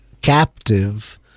captive